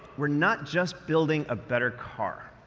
we're not just building a better car.